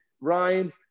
Ryan